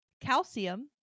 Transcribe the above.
calcium